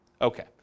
Okay